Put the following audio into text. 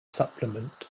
supplement